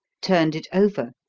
turned it over,